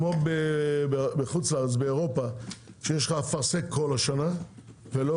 כמו באירופה שיש לך אפרסק כל השנה ולא